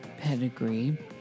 pedigree